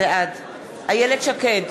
בעד איילת שקד,